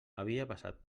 passat